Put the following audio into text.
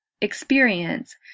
experience